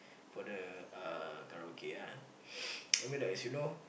for the uh karaoke ah I mean like as you know